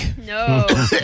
No